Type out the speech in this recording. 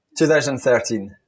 2013